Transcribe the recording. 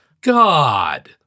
God